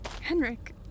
Henrik